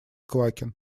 квакин